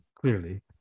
clearly